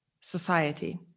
society